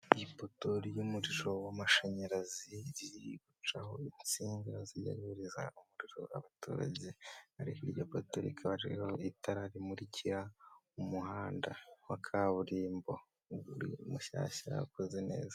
Ipoto ry'umuriro w'amashanyarizi, riri gucaho insinga zohereza umuriro mu baturange. Ariko iryo poto rikaba ririho itara itara rimurikira umuhanda wa kaburimbo, akaba Ari umuhanda ukoze neza.